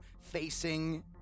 facing